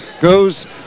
goes